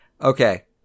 Okay